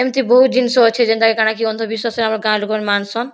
ଏମିତି ବହୁତ ଜିନିଷ ଅଛେ ଯେନ୍ତାକି କାଣା'କେ ଅନ୍ଧବିଶ୍ୱାସରେ ଆମର୍ ଗାଁ ଲୋକମାନେ ମାନସନ